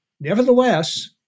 Nevertheless